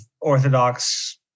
orthodox